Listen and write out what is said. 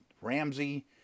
Ramsey